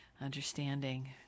understanding